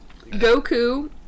Goku